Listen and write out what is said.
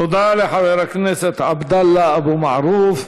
תודה לחבר הכנסת עבדאללה אבו מערוף.